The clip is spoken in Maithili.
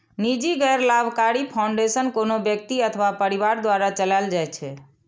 निजी गैर लाभकारी फाउंडेशन कोनो व्यक्ति अथवा परिवार द्वारा चलाएल जाइ छै